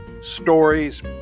Stories